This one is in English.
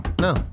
No